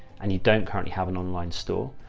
and you don't currently have an online store,